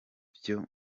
byo